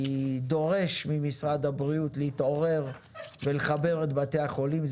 אני דורש ממשרד הבריאות להתעורר ולחבר את בתי החולים.